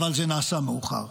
אבל זה נעשה מאוחר.